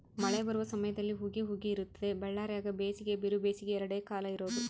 ಮಳೆ ಬರುವ ಸಮಯದಲ್ಲಿ ಹುಗಿ ಹುಗಿ ಇರುತ್ತದೆ ಬಳ್ಳಾರ್ಯಾಗ ಬೇಸಿಗೆ ಬಿರುಬೇಸಿಗೆ ಎರಡೇ ಕಾಲ ಇರೋದು